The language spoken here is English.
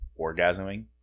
orgasming